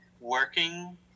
working